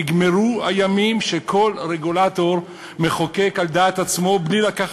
נגמרו הימים שכל רגולטור מחוקק על דעת עצמו בלי להביא